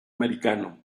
americano